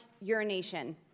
urination